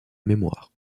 mémoire